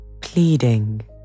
pleading